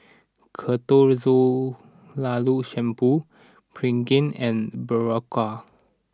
Ketoconazole Shampoo Pregain and Berocca